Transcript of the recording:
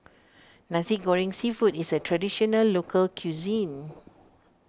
Nasi Goreng Seafood is a Traditional Local Cuisine